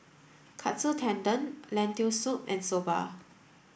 Katsu Tendon Lentil soup and Soba